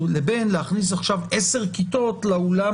לבין להכניס עכשיו עשר כיתות לאולם